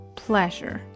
pleasure